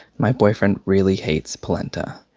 my boyfriend really hates polenta.